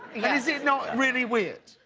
is if not really weird?